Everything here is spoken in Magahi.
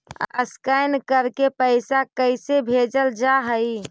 स्कैन करके पैसा कैसे भेजल जा हइ?